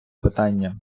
питання